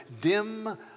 dim